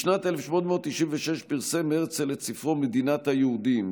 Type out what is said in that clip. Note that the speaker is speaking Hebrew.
בשנת 1896 פרסם הרצל את ספרו "מדינת היהודים",